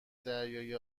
دریایی